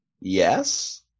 Yes